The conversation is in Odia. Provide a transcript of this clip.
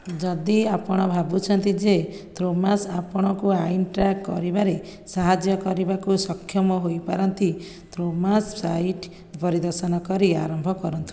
ଯଦି ଆପଣ ଭାବୁଛନ୍ତି ଯେ ଥୋମାସ୍ ଆପଣଙ୍କୁ ଆଇନ ଟ୍ରାକ୍ କରିବାରେ ସାହାଯ୍ୟ କରିବାକୁ ସକ୍ଷମ ହୋଇପାରନ୍ତି ଥୋମାସ୍ ସାଇଟ୍ ପରିଦର୍ଶନ କରି ଆରମ୍ଭ କରନ୍ତୁ